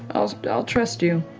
i'll i'll trust you.